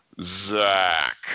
Zach